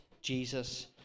Jesus